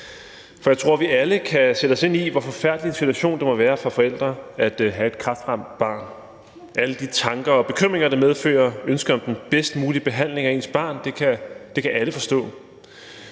for jeg tror, at vi alle kan sætte os ind i, hvor forfærdelig en situation det må være for forældre at have et kræftramt barn med alle de tanker og bekymringer, det medfører, og med ønsket om den bedst mulige behandling af ens barn. Det kan alle forstå.